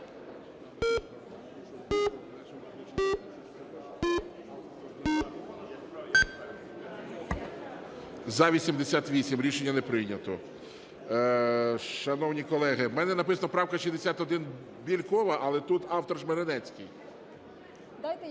За-88 Рішення не прийнято. Шановні колеги, в мене написано: правка 61 Бєлькова, але тут автор Жмеренецький.